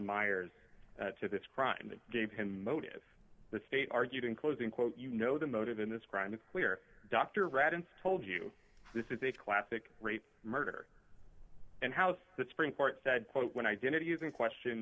myers to this crime that gave him motive the state argued in closing quote you know the motive in this crime is clear dr raddatz told you this is a classic rape murder and house the supreme court said quote when identity is in question